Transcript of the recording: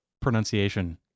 pronunciation